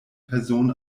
person